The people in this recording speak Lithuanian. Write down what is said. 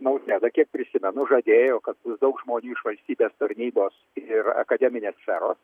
nausėda kiek prisimenu žadėjo kad daug žmonių iš valstybės tarnybos ir akademinės sferos